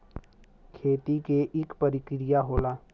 खेती के इक परिकिरिया होला